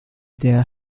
der